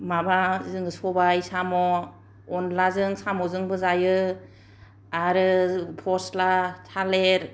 माबा जोंङो सबाइ साम' अनलाजों साम'जोंबो जायो आरो फस्ला थालिर